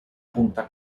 punta